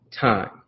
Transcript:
time